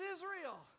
Israel